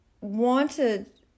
wanted